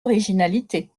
originalité